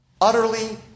utterly